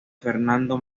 fernando